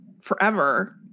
forever